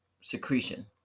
secretion